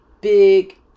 big